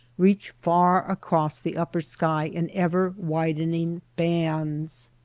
reach far across the upper sky in ever-widening bands.